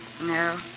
No